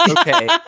Okay